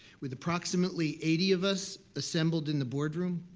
with approximately eighty of us assembled in the boardroom,